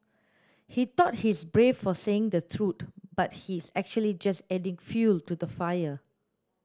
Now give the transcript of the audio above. he thought he's brave for saying the truth but he's actually just adding fuel to the fire